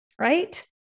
Right